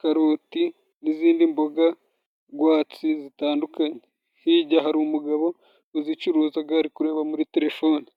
karoti n'izindi mboga rwatsi zitandukanye hirya hari umugabo uzicuruzaga ari kureba muri telefoni.